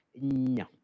no